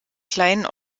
kleinen